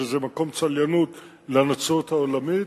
שזה מקום צליינות לנצרות העולמית,